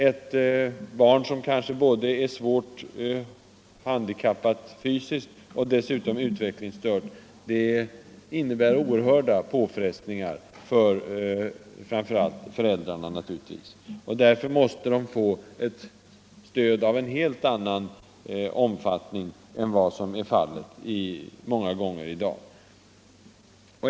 Ett barn som kanske både är svårt handikappat fysiskt och dessutom utvecklingsstört medför oerhörda påfrestningar, naturligtvis framför allt för föräldrarna. Därför måste de få ett stöd av en helt annan omfattning än vad som är fallet många gånger i dag.